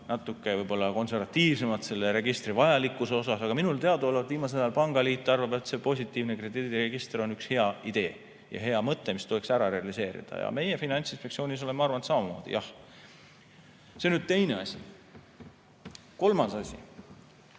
natuke konservatiivsemad selle registri vajalikkuse suhtes, aga minule teadaolevalt viimasel ajal pangaliit arvab, et positiivne krediidiregister on üks hea idee ja hea mõte, mis tuleks ära realiseerida. Meie Finantsinspektsioonis oleme arvanud samamoodi, jah. See on teine asi. Kolmas asi.